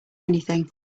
anything